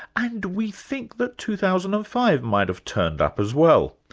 and we think that two thousand and five might have turned up as well.